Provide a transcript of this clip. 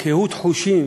קהות החושים